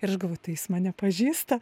ir aš gavau tai jis mane pažįsta